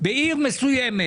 בעיר מסוימת